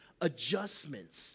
adjustments